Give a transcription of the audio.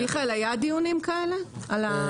מיכאל, היו דיונים על המעקב?